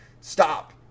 stop